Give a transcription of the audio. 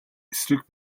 эсрэг